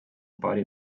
paari